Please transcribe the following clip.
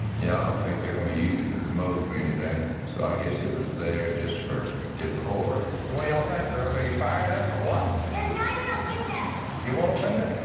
yeah, i don't think they're gonna use the commode for anything. so, i guess it was there just for decor. what do y'all think, girls? are you fired up or what? there's not even a window. you want a window?